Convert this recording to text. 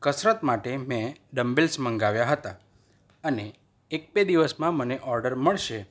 કસરત માટે મેં ડમ્બલ્સ મંગાવ્યા હતા અને એક બે દિવસમાં મને ઓર્ડર મળશે